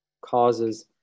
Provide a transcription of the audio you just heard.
causes